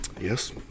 Yes